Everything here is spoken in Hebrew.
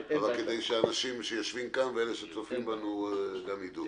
אבל כדי שאנשים שיושבים פה ואלה שצופים בנו גם יידעו.